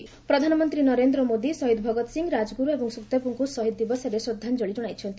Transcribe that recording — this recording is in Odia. ପିଏମ୍ ଭଗତ୍ ସିଂ ପ୍ରଧାନମନ୍ତ୍ରୀ ନରେନ୍ଦ୍ର ମୋଦି ଶହୀଦ୍ ଭଗତ୍ ସିଂ ରାଜଗୁରୁ ଏବଂ ସୁଖଦେବଙ୍କୁ ଶହୀଦ୍ ଦିବସରେ ଶ୍ରଦ୍ଧାଞ୍ଚଳି ଜଣାଇଛନ୍ତି